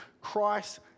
Christ